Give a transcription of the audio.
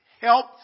help